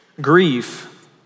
grief